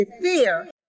fear